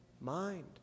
Mind